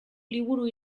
liburu